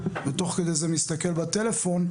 ותוך כדי זה מסתכל בטלפון,